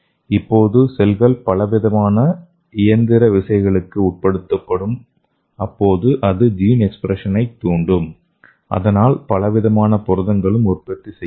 இப்போது செல்கள் பலவிதமான இயந்திற விசைகளுக்கு உட்படுத்தப்படும் அப்போது அது ஜீன் எக்ஸ்பிரஷன் ஐ தூண்டும் அதனால் பலவிதமான புரதங்கள் உற்பத்தி செய்யப்படும்